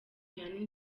vianney